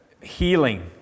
healing